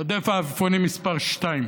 "רודף העפיפונים" מספר שתיים